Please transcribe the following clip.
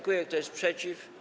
Kto jest przeciw?